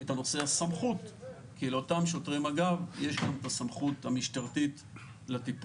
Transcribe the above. את נושא הסמכות כי לאותם שוטרי מג"ב יש גם את הסמכות המשטרתית לטיפול.